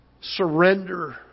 surrender